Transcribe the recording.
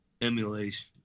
emulation